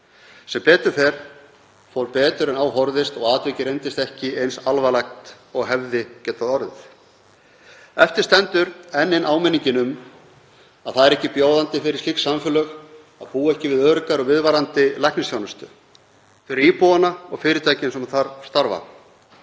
Sem betur fer fór betur en á horfðist og atvikið reyndist ekki eins alvarlegt og hefði getað orðið. Eftir stendur enn ein áminningin um að það er ekki bjóðandi fyrir slík samfélög að búa ekki við örugga og viðvarandi læknisþjónustu fyrir íbúana og fyrirtækin sem þar starfa.